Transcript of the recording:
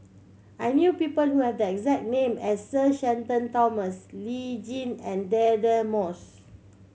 I know people who have the exact name as Sir Shenton Thomas Lee Tjin and Deirdre Moss